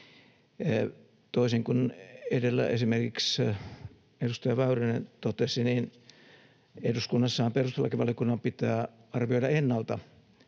Toisin kuin edellä esimerkiksi edustaja Väyrynen totesi, niin eduskunnassahan perustuslakivaliokunnan pitää arvioida ennalta